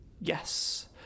Yes